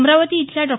अमरावती इथल्या डॉ